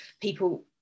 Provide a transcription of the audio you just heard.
people